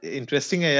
interesting